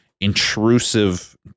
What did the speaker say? intrusive